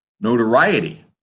notoriety